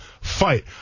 fight